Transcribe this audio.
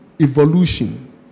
evolution